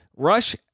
Rush